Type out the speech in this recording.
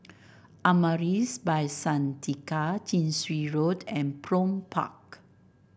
Amaris By Santika Chin Swee Road and Prome Park